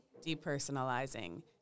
depersonalizing